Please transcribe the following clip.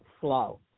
flow